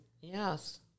Yes